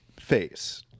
face